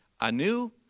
anew